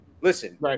Listen